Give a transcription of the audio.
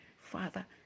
father